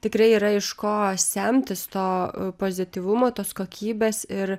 tikrai yra iš ko semtis to pozityvumo tos kokybės ir